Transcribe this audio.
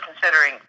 considering